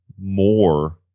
more